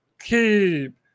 keep